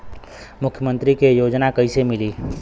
मुख्यमंत्री के योजना कइसे मिली?